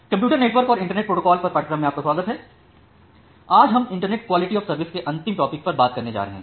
computer network और internet protocol पर पाठ्यक्रम में आपका स्वागत है आज हम इंटरनेट क्वालिटी ऑफ सर्विस के अंतिम टॉपिक पर बात करने जा रहे हैं